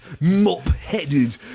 mop-headed